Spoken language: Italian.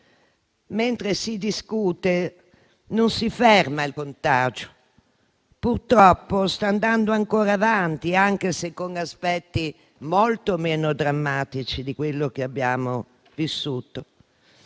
Mentre si discute, non si ferma il contagio; purtroppo sta andando ancora avanti, anche se con aspetti molto meno drammatici di quello che abbiamo vissuto.